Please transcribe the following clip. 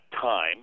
time